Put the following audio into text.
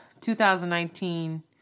2019